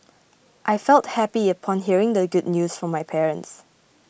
I felt happy upon hearing the good news from my parents